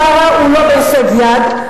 בשארה הוא לא בהישג יד,